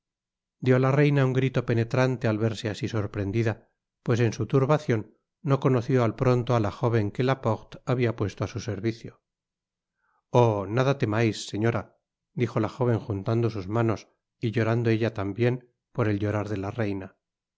dió la reina un grito penetrante al verse asi sorprendida pues en su turbacion no conoció al pronto á la jóven que laporte habia puesto á su servicio oh nada temais señora dijo la jóven juntando sus manos y llorando ella tambien por el llorar de la reina